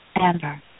Amber